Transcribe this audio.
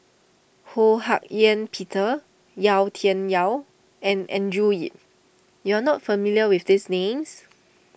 Ho Hak Ean Peter Yau Tian Yau and Andrew Yip you are not familiar with these names